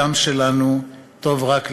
הדם שלנו טוב רק למלחמות.